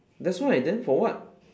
that's why then for what